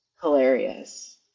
hilarious